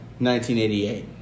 1988